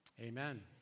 amen